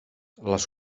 les